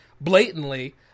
blatantly